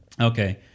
Okay